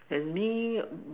as me